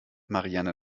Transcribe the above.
marianne